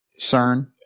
CERN